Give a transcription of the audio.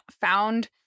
found